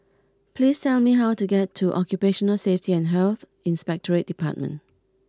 please tell me how to get to Occupational Safety and Health Inspectorate Department